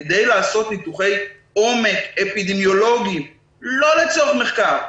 כדי לעשות ניתוחי עומק אפידמיולוגיים לא לצורך מחקר,